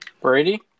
Brady